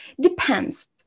Depends